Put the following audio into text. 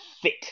fit